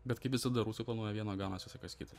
bet kaip visada rusai planuoja viena o gaunasi visai kas kita